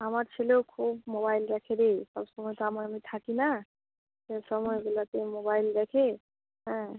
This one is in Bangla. আমার ছেলেও খুব মোবাইল দেখে রে সবসময় তো আমার আমি থাকি না সে সময়গুলাতে মোবাইল দেখে হ্যাঁ